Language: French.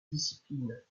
disciplines